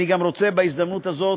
אני גם רוצה, בהזדמנות הזאת,